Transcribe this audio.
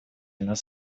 нас